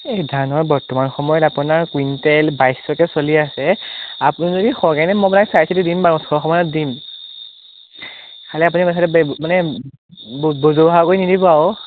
এই ধানৰ বৰ্তমান সময়ত আপোনাৰ কুইণ্টেল বাইছশকৈ চলি আছে আপুনি যদি সৰহকৈ নিয়ে মই আপোনাক চাইচিতি দিম বাৰু ওঠৰশমানত দিম খালী আপুনি কথাটো বেলেগ মানে কৰি নিদিব আৰু